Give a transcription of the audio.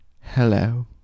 Hello